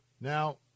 Now